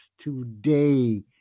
today